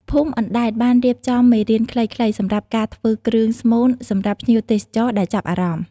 ភូមិអណ្ដែតបានរៀបចំ មេរៀនខ្លីៗ សម្រាប់ការធ្វើគ្រឿងស្មូនសម្រាប់ភ្ញៀវទេសចរដែលចាប់អារម្មណ៍។